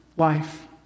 life